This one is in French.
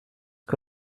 que